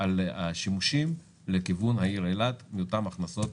על השימושים לכיוון העיר אילת מאותן הכנסות